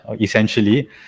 essentially